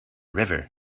river